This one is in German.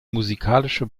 musikalische